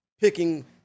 picking